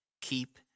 Keep